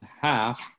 half